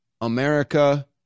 America